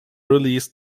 released